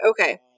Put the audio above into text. Okay